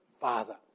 father